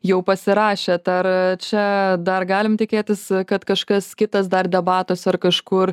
jau pasirašėt ar čia dar galime tikėtis kad kažkas kitas dar debatuose ar kažkur